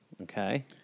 Okay